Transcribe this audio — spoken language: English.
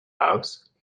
house